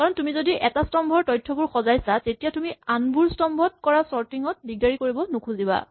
কাৰণ তুমি যদি এটা স্তম্ভৰ তথ্যসমূহ সজাইছা তেতিয়া তুমি আনবোৰ স্তম্ভত কৰা চৰ্টিং ত দিগদাৰি কৰিব নুখুজিবা